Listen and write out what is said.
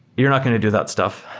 you're not going to do that stuff.